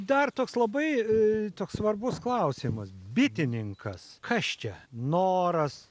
dar toks labai toks svarbus klausimas bitininkas kas čia noras